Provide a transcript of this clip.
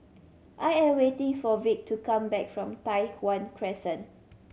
I am waiting for Vic to come back from Tai Hwan Crescent